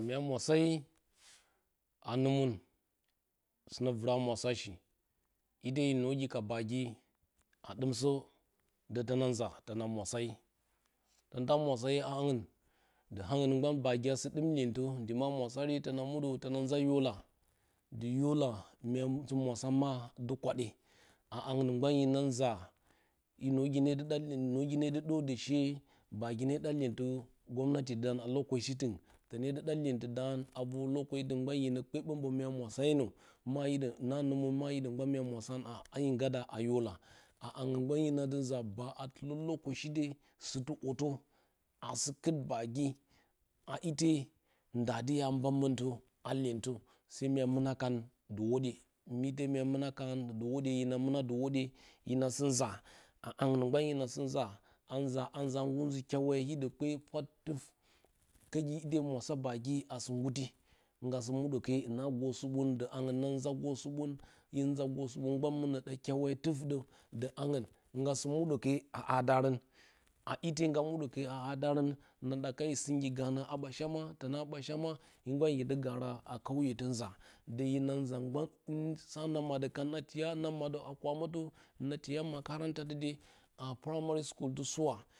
Mya mwasari a numun sɨnə vɨro mwasashi ite ya nogi ka baagi a ɗumsə də tɨno nza tona mwasari tən ta mwasari a hangu ɗ0 hangn gban bagi a sɨ dɨm iyentə ndɨ ma murasari tona mudə tona nza yola ndɨ yola dɨ mya muoza ma ɗɨ kwade a hangu gban in ma hye noogi nedɨ noogi nedɨ dondə she bagi ne ɗa iyentə gomnati ti don a lokaci tone dɨ ɗa iyentidah a vor itɨng gbah hine kpe ɓombo gban mwəsarenə ma hido na numan ma hido gban mya masaron a hayin gada a yola a hangn gban hina di nza ba a ɗɨlə lokacida sutɨ or a sɨ kɨt bugi a ore ndə aɨ nba zətə a ha iyentə mya muna kan ndɨ hwodiye, ite mya muaa kan do harodiye, hina mɨna ndu hurodiye, hina sɨ nza a haunga gban hina sɨ nza a nza a nza a gur nzɨ kyawaye hidə lope furat, duf, kəgi ite murasa bagi a sɨ gurti nga sɨ mudə ke hina gosoɓə ndu haungu na nzo gosobən, hin za gosoɓen gbah munə ɗa kyawaye tuf də du hangu nga sɨ mudə ke a hadorə na ɗaka jo singi gonə a boshama lənə a bashama hin gban hinə gara a kanye nza də hina nza gban sa na maddo kaa a tiya na maddə a kuramətə na tiya makaranta de a ha primary school a suura.